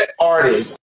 artists